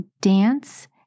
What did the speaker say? dance